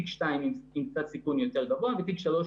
תיק 2 עם קצת סיכון יותר גבוה ותיק 3,